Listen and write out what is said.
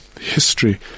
history